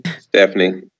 Stephanie